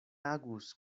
agus